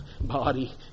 body